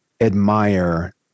admire